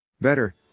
Better